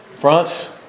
fronts